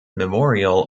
memorial